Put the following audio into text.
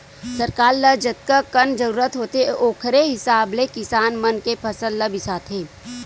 सरकार ल जतकाकन जरूरत होथे ओखरे हिसाब ले किसान मन के फसल ल बिसाथे